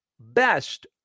best